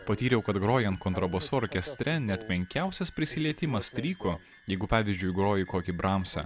patyriau kad grojant kontrabosu orkestre net menkiausias prisilietimas stryko jeigu pavyzdžiui groji kokį bramsą